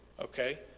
Okay